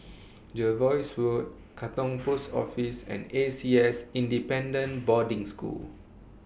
Jervois Road Katong Post Office and A C S Independent Boarding School